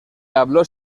habló